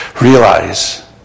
realize